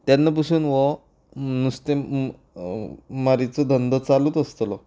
तेन्ना पासून हो नुस्तें मारीचो धंदो चालूच आसतलो